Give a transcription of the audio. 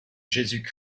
jésus